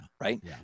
right